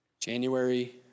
January